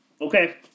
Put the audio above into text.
Okay